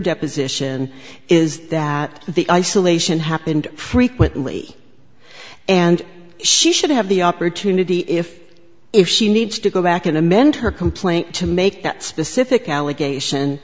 deposition is that the isolation happened frequently and she should have the opportunity if if she needs to go back in amend her complaint to make that specific allegation